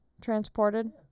Transported